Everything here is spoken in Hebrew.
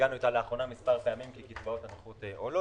הגענו איתה לאחרונה כמה פעמים כי קצבאות נכות עולות.